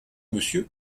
monsieur